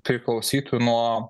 priklausytų nuo